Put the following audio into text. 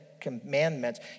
commandments